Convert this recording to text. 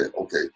Okay